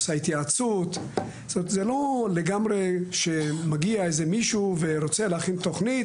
זה לא לגמרי שמגיע מישהו ורוצה להכין תכנית